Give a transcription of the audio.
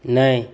नहि